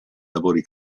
lavori